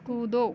कूदो